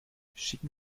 schicken